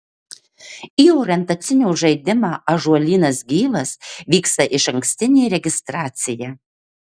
į orientacinio žaidimą ąžuolynas gyvas vyksta išankstinė registracija